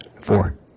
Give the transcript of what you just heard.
Four